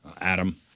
Adam